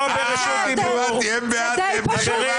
זה די פשוט.